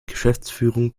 geschäftsführung